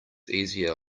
easier